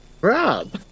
Rob